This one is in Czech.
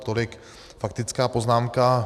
Tolik faktická poznámka.